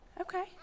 Okay